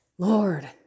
Lord